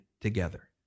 together